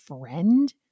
friend